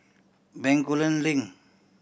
Bencoolen Link